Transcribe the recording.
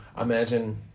imagine